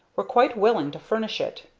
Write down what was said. were quite willing to furnish it,